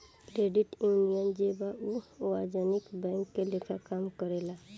credit union जे बा उ वाणिज्यिक बैंक के लेखा काम करेला